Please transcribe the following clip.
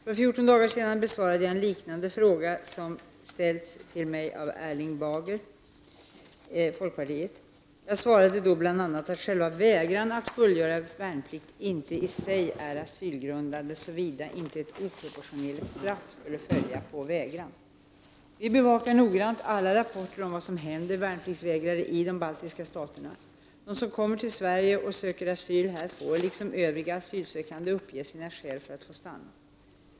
För 14 dagar sedan besvarade jag en liknande fråga som ställts till mig av Erling Bager, folkpartiet. Jag svarade bl.a. att själva vägran att fullgöra värnplikt inte i sig är asylgrundande, såvida inte ett oproportionerligt straff skulle följa på vägran. Vi bevakar noggrant alla rapporter om vad som händer värnpliktsvägrare i de baltiska staterna. De som kommer till Sverige och söker asyl här får, liksom övriga asylsökande, uppge sina skäl för att få stanna.